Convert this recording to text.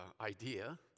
idea